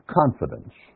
confidence